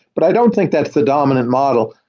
but i don't think that's the dominant model.